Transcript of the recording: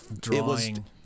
drawing